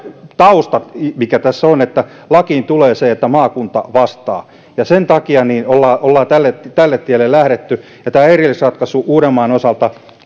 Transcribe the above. tausta mikä tässä on kun lakiin tulee se että maakunta vastaa sen takia ollaan ollaan tälle tälle tielle lähdetty ja tämä erillisratkaisu uudenmaan osalta